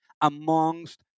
amongst